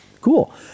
Cool